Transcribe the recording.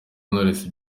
knowless